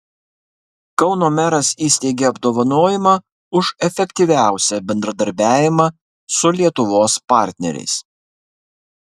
kauno meras įsteigė apdovanojimą už efektyviausią bendradarbiavimą su lietuvos partneriais